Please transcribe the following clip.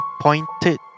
pointed